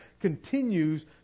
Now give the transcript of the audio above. continues